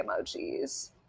emojis